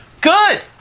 Good